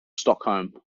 stockholm